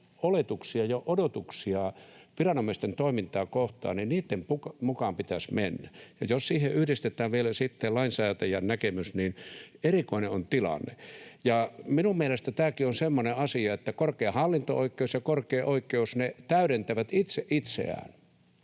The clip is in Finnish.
oletuksia ja odotuksia viranomaisten toimintaa kohtaan, niin niitten mukaan pitäisi mennä. Jos siihen yhdistetään vielä sitten lainsäätäjän näkemys, niin erikoinen on tilanne. Minun mielestäni tämäkin on semmoinen asia, että korkein hallinto-oikeus ja korkein oikeus täydentävät itse itseään.